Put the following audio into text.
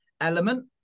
element